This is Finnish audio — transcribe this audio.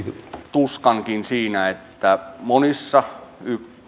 tuskankin siinä että monissa